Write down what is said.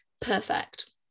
perfect